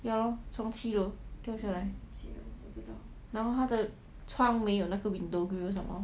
ya lor 从七楼掉下来然后他的窗没有那个 window grille some more